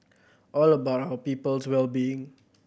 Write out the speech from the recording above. all about our people's well being